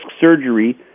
surgery